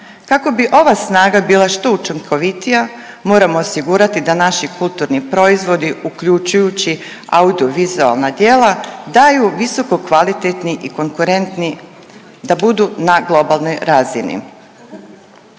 Kako bi ova snaga bila što učinkovitija moramo osigurati da naši kulturni proizvodi uključujući audio-vizualna djela daju visoko kvalitetni i konkurentni, da budu na globalnoj razini.